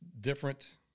different